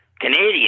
Canadian